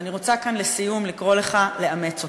ואני רוצה כאן לסיום לקרוא לך לאמץ אותו.